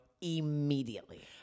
immediately